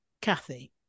Kathy